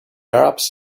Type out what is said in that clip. arabs